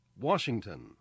Washington